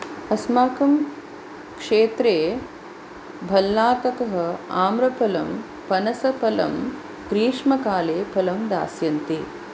अस्माकं क्षेत्रे भल्लातकः आम्रफलं पनसफलं ग्रीष्मकाले फलं दास्यन्ति